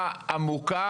ספק,